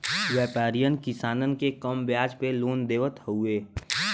व्यापरीयन किसानन के कम बियाज पे लोन देवत हउवन